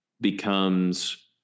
becomes